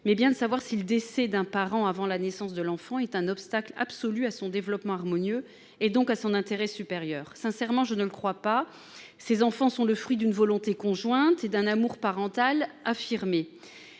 mais bien celle de savoir si le décès d'un parent avant la naissance de l'enfant constitue un obstacle absolu au développement harmonieux de ce dernier, et donc à son intérêt supérieur. Sincèrement, je ne le crois pas. Ces enfants sont le fruit d'une volonté conjointe et d'un amour parental affirmé.